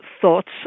thoughts